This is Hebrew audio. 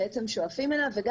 שם